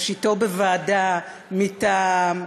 ראשיתו בוועדה מטעם,